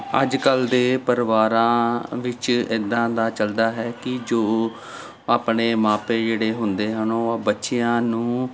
ਅੱਜ ਕੱਲ੍ਹ ਦੇ ਪਰਿਵਾਰਾਂ ਵਿੱਚ ਇੱਦਾਂ ਦਾ ਚੱਲਦਾ ਹੈ ਕਿ ਜੋ ਆਪਣੇ ਮਾਪੇ ਜਿਹੜੇ ਹੁੰਦੇ ਹਨ ਉਹ ਬੱਚਿਆਂ ਨੂੰ